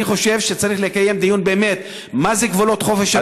אני חושב שצריך לקיים דיון באמת מהם גבולות חופש הביטוי.